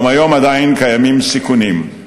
גם היום עדיין קיימים סיכונים,